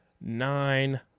nine